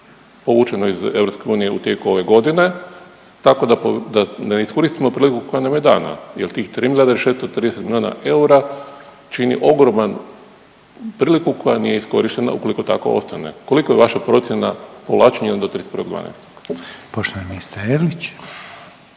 povućeno iz EU u tijeku ove godine, tako da ne iskoristimo priliku koja nam je dana jer tih 3 milijarde i 630 milijuna eura čini ogroman priliku koja nije iskorištena ukoliko tako ostane. Kolika je vaša procjena povlačenja do 31.12.? **Reiner, Željko